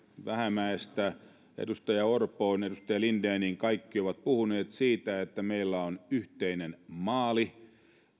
vähämäestä edustaja orpoon edustaja lindeniin kaikki ovat puhuneet siitä että meillä on yhteinen maali